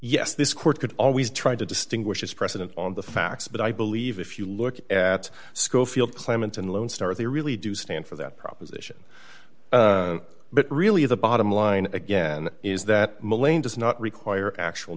yes this court could always try to distinguish as precedent on the facts but i believe if you look at scofield clements and lone star they really do stand for that proposition but really the bottom line again is that malayan does not require actual